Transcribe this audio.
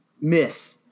myth